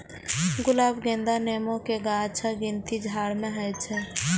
गुलाब, गेंदा, नेबो के गाछक गिनती झाड़ मे होइ छै